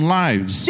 lives